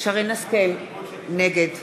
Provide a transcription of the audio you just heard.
שרן השכל, נגד